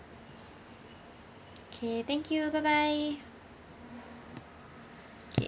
K thank you bye bye okay